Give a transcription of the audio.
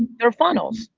they're funnels,